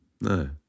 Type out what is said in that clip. No